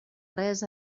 res